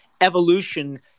evolution